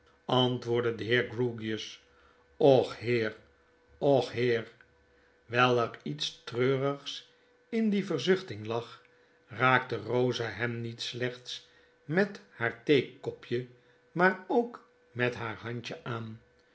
antwoordde de heer grewgious ochheer och heer wijl er iets treurigs in die verzuchting lag raakte rosa hem niet slechts met haar theekopje maar ook met haar handje aan